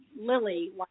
Lily